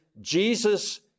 Jesus